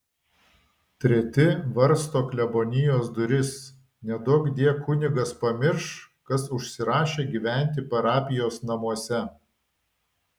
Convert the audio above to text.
treti varsto klebonijos duris neduokdie kunigas pamirš kas užsirašė gyventi parapijos namuose